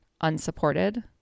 unsupported